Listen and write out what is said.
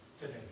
today